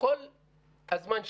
וכל הזמן שינו.